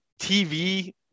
TV